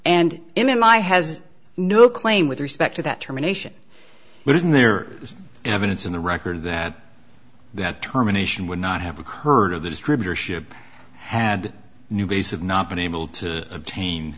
and in my has no claim with respect to that terminations but isn't there evidence in the record that that terminations would not have occurred to the distributorship had a new base of not been able to obtain